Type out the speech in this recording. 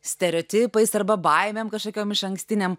stereotipais arba baimėm kažkokiom išankstinėm